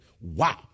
wow